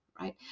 Right